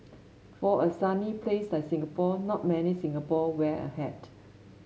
for a sunny place like Singapore not many Singapore wear a hat